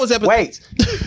wait